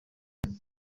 did